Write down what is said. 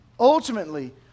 Ultimately